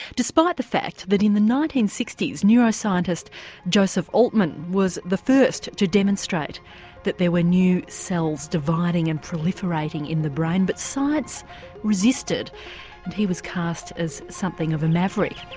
despite the fact that in the nineteen sixty s neuroscientist joseph altman was the first to demonstrate that there were new cells dividing and proliferating in the brain but science resisted. and he was cast as something of a maverick.